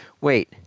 wait